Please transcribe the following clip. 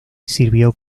sirvió